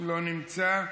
לא נמצא.